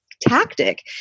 tactic